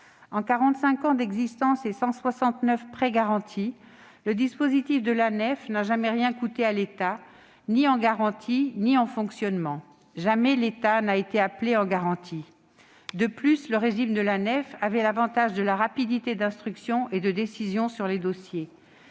ans d'existence, après 169 prêts garantis, le dispositif de l'Anefe n'a jamais rien coûté l'État, ni en garantie ni en fonctionnement. Jamais l'État n'a été appelé en garantie ! De plus, le régime de l'Anefe présentait l'avantage de la rapidité d'instruction et de décision sur les dossiers.